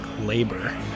labor